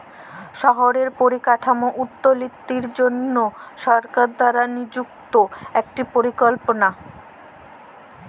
শহরে পরিকাঠাম উল্যতির জনহে সরকার দ্বারা লিযুক্ত একটি পরিকল্পলা